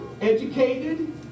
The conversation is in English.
educated